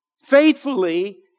Faithfully